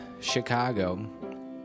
Chicago